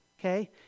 okay